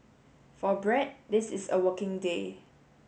for Brad this is a working day